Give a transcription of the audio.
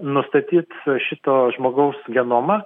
nustatyt šito žmogaus genomą